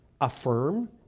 affirm